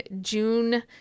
June